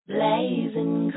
Blazing